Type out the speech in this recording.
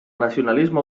nacionalisme